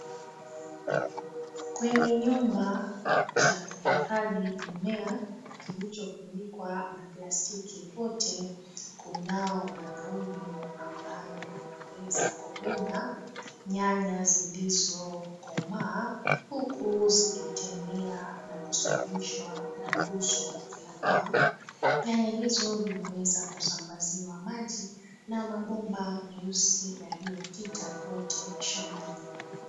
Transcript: Kwenye nyumba cha kuhifadhi mimea kilichofunikwa na plastiki kwote kunao mwanaumme ambaye anaweza kuvuna, nyanya zilizokomaa, huku zikitembea na kusimamishwa na nguzo vya mbao, nyanya hizo zinaweza kusambaziwa maji na mabomba nyeusi yaliyokita kwote shambani.